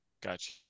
Gotcha